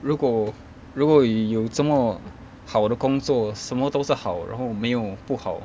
如果如果有这么好的工作什么都是好然后没有不好